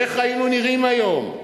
איך היינו נראים היום?